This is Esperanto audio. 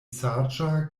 saĝa